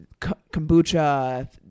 kombucha